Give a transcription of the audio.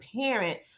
parent